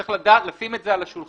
צריך לשים את זה על השולחן.